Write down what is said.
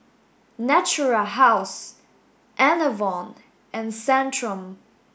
Natura House Enervon and Centrum